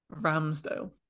Ramsdale